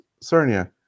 Sarnia